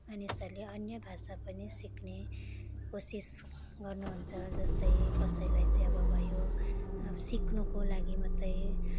मानिसहरूले अन्य भाषा पनि सिक्ने कोसिस गर्नुहुन्छ जस्तै कसैलाई चाहिँ अब भयो अब सिक्नुको लागि मात्रै